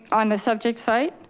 on the subject site.